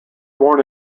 born